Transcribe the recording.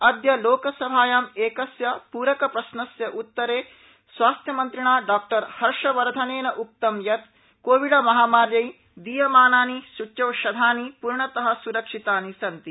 अद्य लोकसभायां एकस्य प्रकप्रश्नस्य उत्तरे स्वास्थ्यमन्त्रिणा डॉ हर्षवर्धनेन उक्तं यत् कोविड महामार्ये दीयमानानि सूच्यौषधानि पूर्णत सुरक्षितानि सन्ति